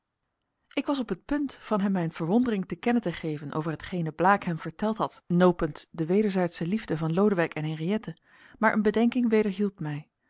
ik was op het punt van hem mijn verwondering te kennen te geven over hetgene blaek hem verteld had nopens de wederzijdsche liefde van lodewijk en henriëtte maar eene bedenking wederhield mij